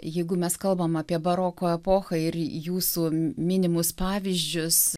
jeigu mes kalbam apie baroko epochą ir jūsų minimus pavyzdžius